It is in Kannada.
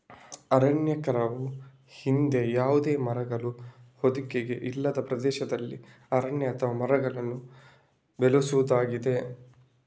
ಅರಣ್ಯೀಕರಣವು ಹಿಂದೆ ಯಾವುದೇ ಮರಗಳ ಹೊದಿಕೆ ಇಲ್ಲದ ಪ್ರದೇಶದಲ್ಲಿ ಅರಣ್ಯ ಅಥವಾ ಮರಗಳನ್ನು ಬೆಳೆಸುವುದಾಗಿದೆ